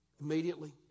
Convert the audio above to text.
immediately